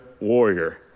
Warrior